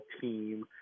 team